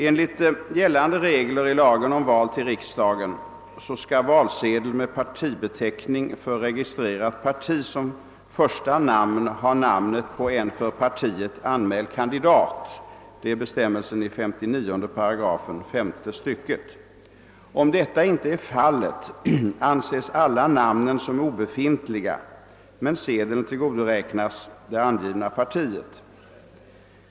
Enligt gällande regler om val till riksdagen skall valsedel med partibeteckning för registrering av parti som första namn ha namnet på en för partiet anmäld kandidat. Det är bestämmelsen i 59 § femte stycket. Om detta inte är fallet betraktas alla namnen som obefintliga men sedeln tillgodoräknas det angivna partiet.